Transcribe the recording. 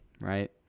right